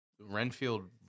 Renfield